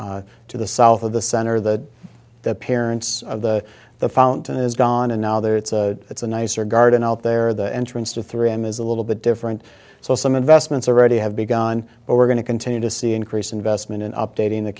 to the south of the center that the parents of the the fountain is gone and now there it's a it's a nicer garden out there the entrance to three am is a little bit different so some investments already have begun but we're going to continue to see increased investment in updating the